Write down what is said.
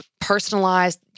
Personalized